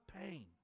pain